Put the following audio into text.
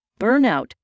Burnout